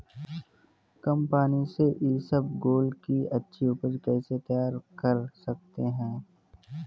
कम पानी से इसबगोल की अच्छी ऊपज कैसे तैयार कर सकते हैं?